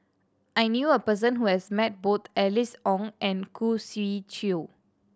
I knew a person who has met both Alice Ong and Khoo Swee Chiow